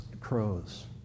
crows